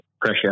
pressure